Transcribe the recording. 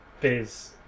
Biz